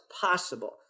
possible